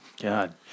God